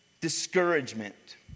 discouragement